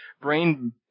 brain